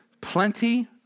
plenty